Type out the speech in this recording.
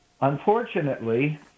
Unfortunately